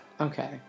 Okay